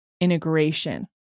integration